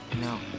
no